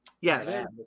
Yes